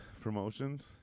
promotions